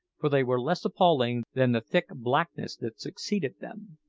for they were less appalling than the thick blackness that succeeded them.